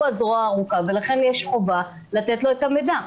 הוא הזרוע הארוכה לכן יש חובה לתת לו את המידע.